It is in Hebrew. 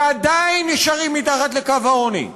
ועדיין נשארים מתחת לקו העוני.